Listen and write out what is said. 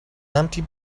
empty